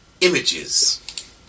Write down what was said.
images